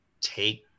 take